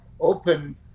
open